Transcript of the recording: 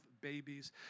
babies